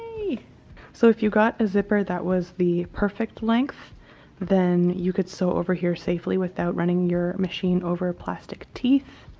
so if you got a zipper that was the perfect length then you could sew over here safely without running your machine over plastic teeth.